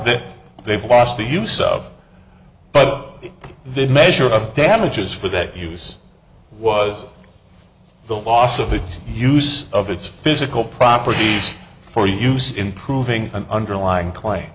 that they've lost the use of but they measure of damages for that use was the loss of the use of its physical properties for use in proving an underlying